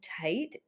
tight